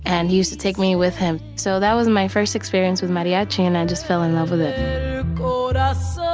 and he used to take me with him. so that was my first experience with mariachi. and i just fell in love with it ah so